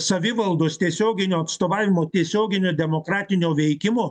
savivaldos tiesioginio atstovavimo tiesioginio demokratinio veikimo